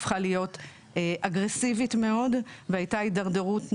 הפכה להיות אגרסיבית מאוד והייתה הידרדרות נוראית.